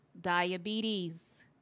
Diabetes